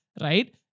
Right